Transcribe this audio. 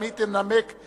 גם היא תנמק מהמקום,